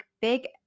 big